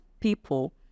people